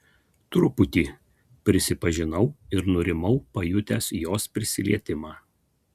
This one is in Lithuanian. truputį prisipažinau ir nurimau pajutęs jos prisilietimą